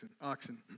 oxen